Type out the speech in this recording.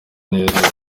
neza